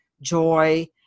joy